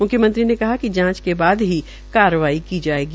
म्ख्यमंत्री ने कहा कि जांच के बाद ही कार्रवाई होगी